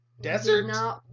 desert